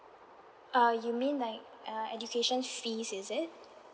uh you mean like err education fees is it